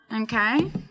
Okay